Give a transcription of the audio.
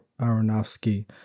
Aronofsky